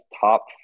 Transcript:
top